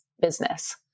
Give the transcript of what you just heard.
business